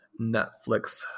netflix